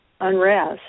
unrest